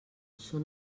són